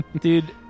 Dude